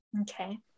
Okay